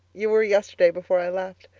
you were yesterday before i left.